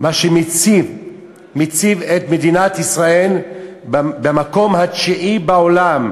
מה שמציב את מדינת ישראל במקום התשיעי בעולם,